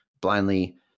blindly